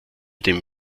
dem